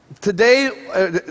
today